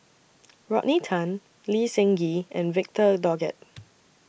Rodney Tan Lee Seng Gee and Victor Doggett